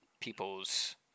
people's